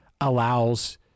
allows